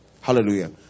Hallelujah